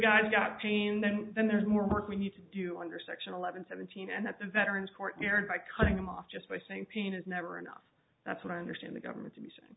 guy's got pain then then there's more work we need to do under section eleven seventeen and at the veterans court yard by cutting them off just by saying pain is never enough that's what i understand the government to be saying